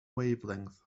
wavelength